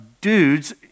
dudes